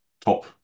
top